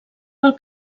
pel